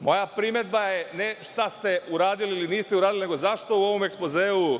Moja primedba je ne šta ste uradili ili niste uradili, nego zašto u ovom ekspozeu,